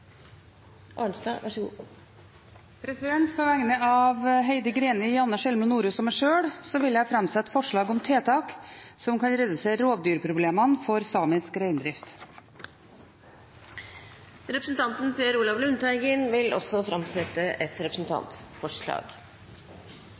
Arnstad vil framsette et representantforslag. På vegne av stortingsrepresentantene Heidi Greni, Janne Sjelmo Nordås og meg sjøl vil jeg framsette forslag om tiltak for å redusere rovdyrproblemene for samisk reindrift. Representanten Per Olaf Lundteigen vil framsette et representantforslag.